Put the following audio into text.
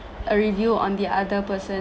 a review on the other person